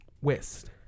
West